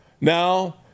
Now